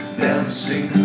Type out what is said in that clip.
dancing